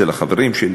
אצל החברים שלי,